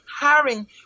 hiring